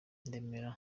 ndemera